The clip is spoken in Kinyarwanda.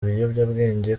biyobyabwenge